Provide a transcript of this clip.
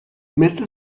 مثل